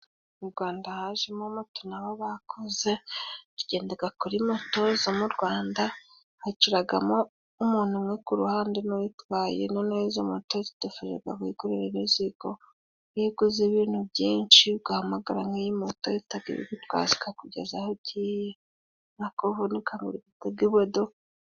Mu Rwanda hajemo moto nabo bakoze tugendaga kuri moto zo mu Rwanda. Hicaragamo umuntu umwe ku ruhande, n'uyitwaye none ihozo moto zidufashaga kwikorera imizigo. Iyo uguze ibintu byinshi ugahamagara nki moto, ihitaga ibigutwaza ikakugeza aho ugiye, aho kuvunika ngo utege imodoka.